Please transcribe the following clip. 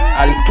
al